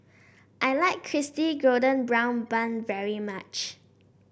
I like golden brown bun very much